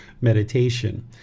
meditation